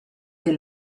que